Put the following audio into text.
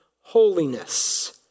holiness